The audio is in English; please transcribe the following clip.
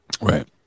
Right